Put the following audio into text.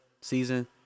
season